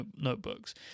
notebooks